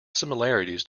similarities